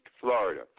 Florida